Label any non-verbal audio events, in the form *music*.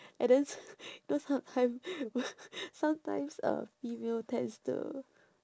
and then *noise* you know sometimes *noise* sometimes uh female tends to